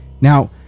Now